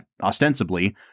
ostensibly